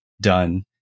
done